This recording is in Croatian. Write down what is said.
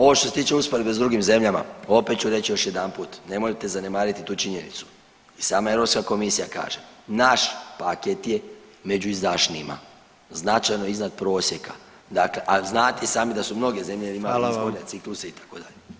Ovo što se tiče usporedbe s drugim zemljama, opet ću reći još jedanput, nemojte zanemariti tu činjenicu i sama Europska komisija kaže, naš paket je među izdašnijima, značajno iznad prosjeka dakle, a znate i sami da su mnoge zemlje imale [[Upadica predsjednik: Hvala vam.]] izborne cikluse itd.